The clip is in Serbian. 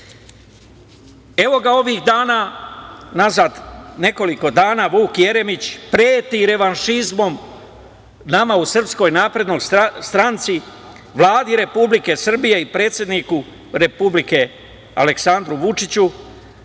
Evo ga ovih dana, nazad nekoliko dana, Vuk Jeremić preti revanšizmom nama u SNS, Vladi Republike Srbije i predsedniku Republike Aleksandru Vučiću,